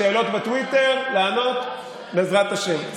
שאלות בטוויטר, לענות, בעזרת השם.